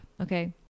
okay